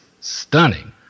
stunning